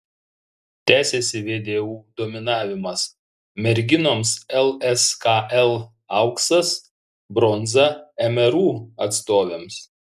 tęsiasi vdu dominavimas merginoms lskl auksas bronza mru atstovėms